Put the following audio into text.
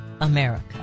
America